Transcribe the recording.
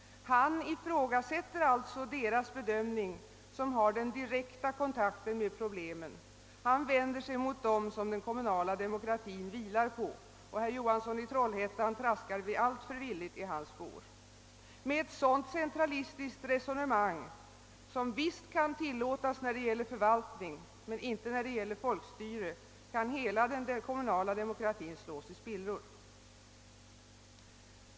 Han ifrågasätter alltså deras bedömning som har den direkta kontakten med problemen, han vänder sig mot dem som den kommunala demokratin vilar på. Herr Johansson i Trollhättan traskar bara alltför villigt i hans spår. Med ett sådant centralistiskt resone mang, som visst kan tillåtas när det gäller förvaltning men inte när det gäller folkstyre, kan hela den kommunala demokratin slås i spillror.